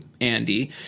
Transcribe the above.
andy